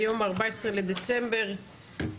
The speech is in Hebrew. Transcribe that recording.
היום ה- 14 לדצמבר 2021,